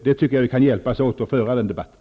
Jag tycker att vi kan hjälpas åt att föra den debatten.